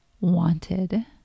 wanted